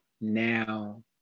now